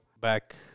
Back